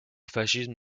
fascisme